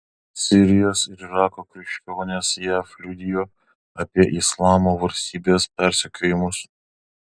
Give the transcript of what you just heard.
sirijos ir irako krikščionės jav liudijo apie islamo valstybės persekiojimus